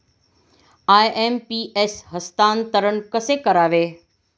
IMPS हस्तांतरण कसे करावे?